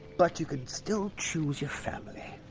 but you can still choose your family.